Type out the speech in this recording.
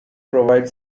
provide